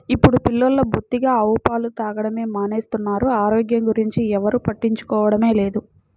ఇప్పుడు పిల్లలు బొత్తిగా ఆవు పాలు తాగడమే మానేస్తున్నారు, ఆరోగ్యం గురించి ఎవ్వరు పట్టించుకోవడమే లేదు